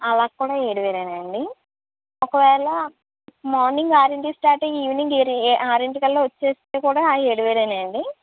అలా కూడా ఏడు వేలాండి ఒక వేళ మార్నింగ్ ఆరింటికి స్టార్ట్ అయ్యి ఈవెనింగ్ ఏడు ఆరింటికళ్ల వచ్చేస్తే కూడా ఏడు వేలేనా అండి